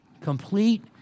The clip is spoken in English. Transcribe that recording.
Complete